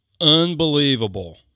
unbelievable